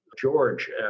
George